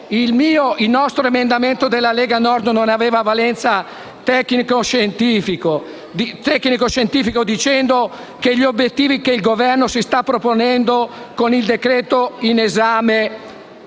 l'emendamento della Lega Nord non ha valenza tecnico-scientifica e che gli obiettivi che il Governo si sta proponendo con il decreto-legge in esame